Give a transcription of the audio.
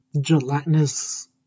gelatinous